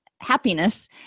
happiness